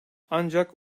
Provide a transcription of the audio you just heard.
ancak